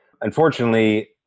Unfortunately